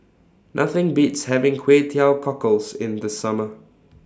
Nothing Beats having Kway Teow Cockles in The Summer